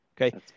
Okay